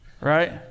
Right